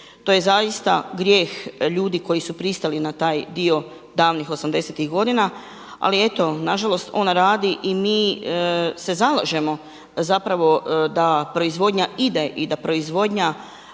To je zaista grijeh ljudi koji su pristali na taj dio davnih '80.-tih godina ali eto nažalost ona radi i mi se zalažemo zapravo da proizvodnja ide i da proizvodnja